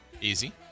Easy